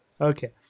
okay